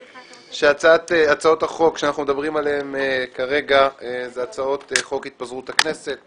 הצעות החוק שאנחנו מדברים עליהן הן הצעות חוק התפזרות הכנסת.